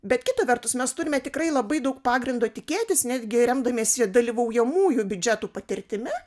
bet kita vertus mes turime tikrai labai daug pagrindo tikėtis netgi remdamiesi dalyvaujamųjų biudžetu patirtimi